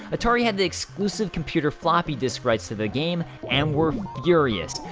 atari had the exclusive computer floppy disk rights to the game and were furious,